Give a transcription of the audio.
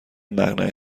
مقنعه